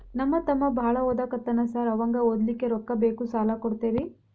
ನಮ್ಮ ತಮ್ಮ ಬಾಳ ಓದಾಕತ್ತನ ಸಾರ್ ಅವಂಗ ಓದ್ಲಿಕ್ಕೆ ರೊಕ್ಕ ಬೇಕು ಸಾಲ ಕೊಡ್ತೇರಿ?